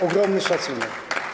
Ogromny szacunek.